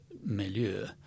milieu